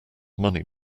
money